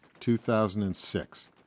2006